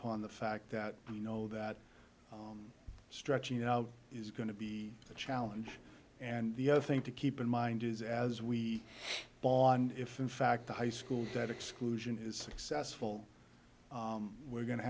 upon the fact that you know that stretching out is going to be a challenge and the other thing to keep in mind is as we bond if in fact the high school that exclusion is successful we're go